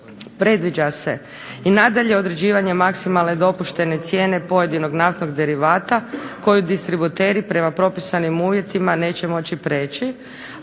predviđa se i nadalje određivanjem maksimalne dopuštene cijene pojedinog naftnog derivata koji distributeri prema propisanim uvjetima neće moći prijeći,